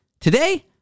Today